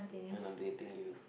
and I'm dating you